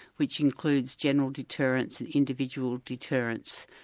which includes general deterrence and individual deterrence,